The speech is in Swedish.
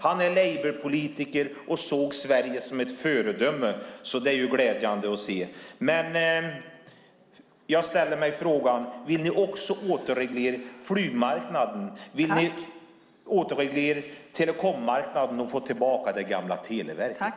Han är labourpolitiker och såg Sverige som ett föredöme. Det är glädjande att se. Jag frågar mig: Vill ni också återreglera flygmarknaden? Vill ni återreglera telekommarknaden och få tillbaka gamla Televerket?